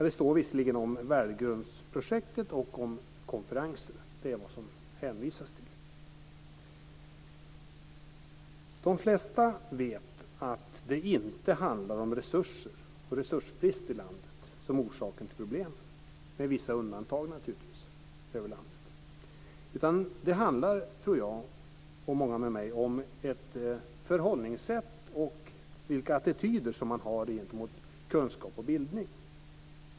Det står visserligen om värdegrundsprojektet och om konferenserna; det är vad som hänvisas till. De flesta vet att det inte handlar om resurser och resursbrist i landet när det gäller orsakerna till problemen - naturligtvis med vissa undantag över landet. I stället tror jag, och många med mig, att det handlar om ett förhållningssätt och om vilka attityder man har gentemot kunskap och bildning.